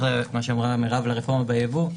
למה שאמרה מרב בעניין הרפורמה בייבוא,